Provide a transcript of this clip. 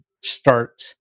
start